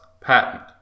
patent